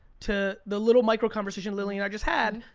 to the little micro conversation lilly and i just had,